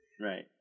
Right